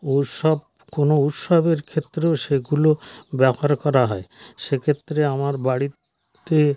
ওসব কোনো উৎসবের ক্ষেত্রেও সেগুলো ব্যবহার করা হয় সেক্ষেত্রে আমার বাড়িতে